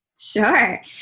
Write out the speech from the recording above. Sure